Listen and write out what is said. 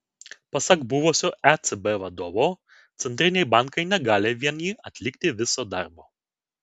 pasak buvusio ecb vadovo centriniai bankai negali vieni atlikti viso darbo